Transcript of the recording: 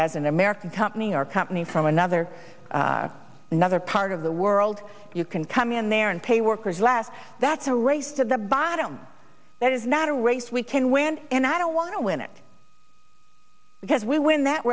as an american company or companies from another another part of the world you can come in there and pay workers last that's a race to the bottom that is not a race we can win and i don't want to win it because we win that